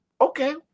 okay